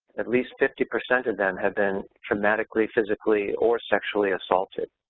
at least fifty percent of them have been traumatically physically or sexually assaulted.